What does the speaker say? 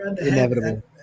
inevitable